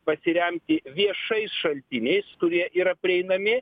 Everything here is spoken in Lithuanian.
pasiremti viešais šaltiniais kurie yra prieinami